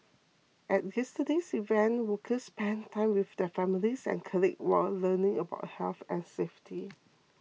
at yesterday's event workers spent time with their families and colleagues while learning about health and safety